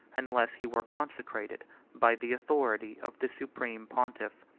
unless he were consecrated by the authority of the supreme pontiff.